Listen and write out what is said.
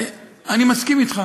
אני מסכים איתך,